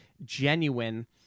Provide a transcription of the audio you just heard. Genuine